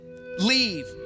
leave